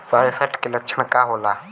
फारेस्ट के लक्षण का होला?